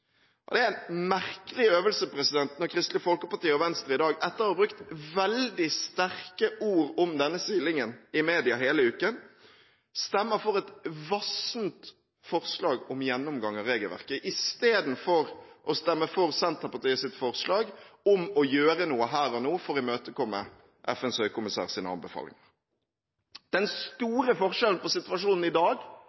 Det er en merkelig øvelse når Kristelig Folkeparti og Venstre i dag, etter å ha brukt veldig sterke ord om denne utsilingen i media hele uken, stemmer for et vassent forslag om gjennomgang av regelverket istedenfor å stemme for Senterpartiets forslag om å gjøre noe her og nå for å imøtekomme FNs høykommissærs anbefalinger. Den